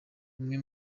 umwe